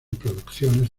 producciones